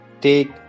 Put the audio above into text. take